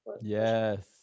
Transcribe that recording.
Yes